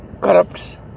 corrupts